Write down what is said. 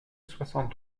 soixante